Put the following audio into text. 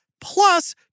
plus